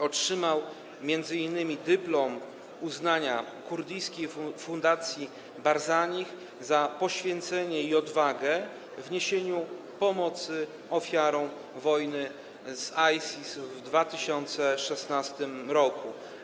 Otrzymał m.in. dyplom uznania kurdyjskiej fundacji Barzanich za poświęcenie i odwagę w niesieniu pomocy ofiarom wojny z ISIS w 2016 r.